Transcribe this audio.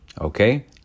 okay